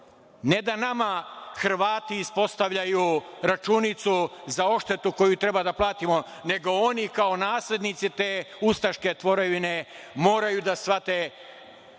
Ne da nama Hrvati ispostavljaju računicu za odštetu koju treba da platimo, nego oni kao naslednici te ustaške tvorevine moraju da shvate